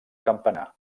campanar